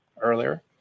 earlier